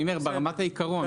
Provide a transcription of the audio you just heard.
אני אומר ברמת העיקרון,